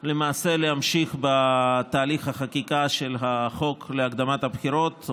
למעשה להמשיך בתהליך החקיקה של החוק להקדמת הבחירות,